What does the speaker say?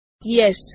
Yes